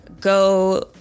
go